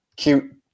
cute